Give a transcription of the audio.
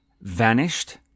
vanished